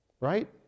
Right